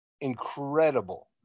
incredible